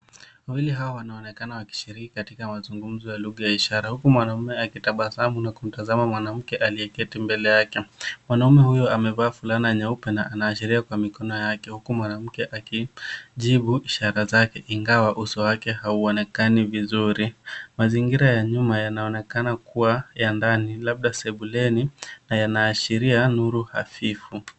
Wawili hawa wanaonekana wakishiriki katika mazungumzo ya lugha ya ishara, huku mwanaume akitabasamu na kumtazama mwanamke aliyeketi mbele yake. Mwanaume huyu amevaa fulana nyeupe na anaashiria kwa mikono yake, huku mwanamke akijibu ishara zake, ingawa uso wake hauonekani vizuri. Mazingira ya nyuma yanaonekana kuwa ya ndani labda, sebuleni na yanaashiria nuru hafifu.